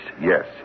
yes